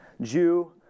Jew